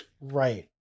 Right